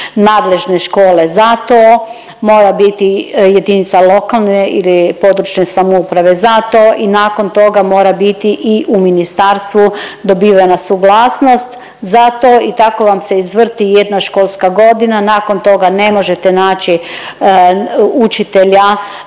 nadležne škole za to, mora biti jedinica lokalne ili područne samouprave za to i nakon toga mora biti i u ministarstvu dobivena suglasnost za to. I tako vam se izvrti jedna školska godina. Nakon toga ne možete naći učitelja